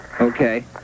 Okay